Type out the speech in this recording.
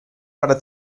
para